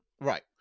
Right